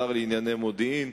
השר לענייני מודיעין,